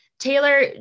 Taylor